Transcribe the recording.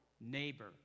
neighbor